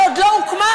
שעוד לא הוקמה,